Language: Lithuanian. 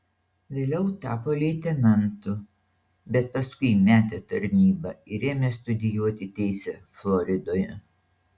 vėliau tapo leitenantu bet paskui metė tarnybą ir ėmė studijuoti teisę floridoje